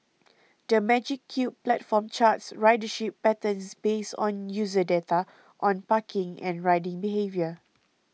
the Magic Cube platform charts ridership patterns based on user data on parking and riding behaviour